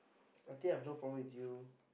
I think I have no problem with you